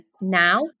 now